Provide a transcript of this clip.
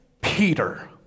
peter